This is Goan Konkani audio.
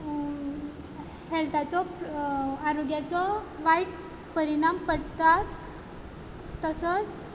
हेल्ताचो आरोग्याचो वायट परिणाम पडताच तसोच